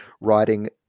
writing